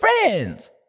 friends